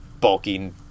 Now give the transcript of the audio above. bulky